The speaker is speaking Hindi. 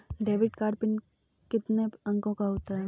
डेबिट कार्ड पिन कितने अंकों का होता है?